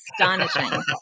astonishing